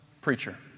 preacher